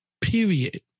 Period